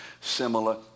similar